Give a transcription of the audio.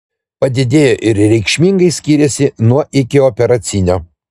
padidėjo ir reikšmingai skyrėsi nuo ikioperacinio